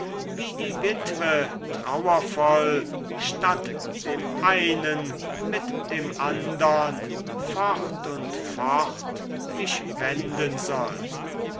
wie die witwe trauervoll statt dem einen mit dem andern fort und fort mich wenden soll